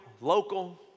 local